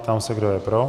Ptám se, kdo je pro.